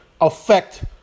affect